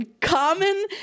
Common